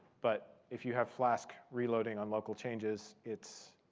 but if you have flask reloading on local changes, it's